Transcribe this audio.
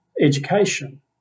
education